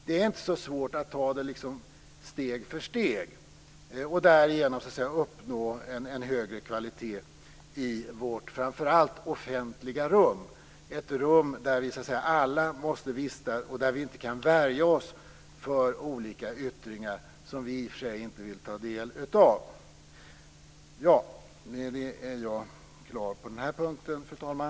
Det är inte så svårt att ta det steg för steg och därigenom uppnå en högre kvalitet i framför allt vårt offentliga rum, ett rum där vi alla måste vistas och där vi inte kan värja oss för olika yttringar som vi i och för sig inte vill ta del av. Med detta är jag klar på denna punkt, fru talman.